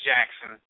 Jackson